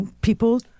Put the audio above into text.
people